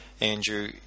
Andrew